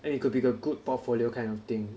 and it could be a good portfolio kind of thing